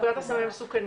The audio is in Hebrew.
לפקודת הסמים המסוכנים.